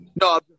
No